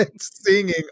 singing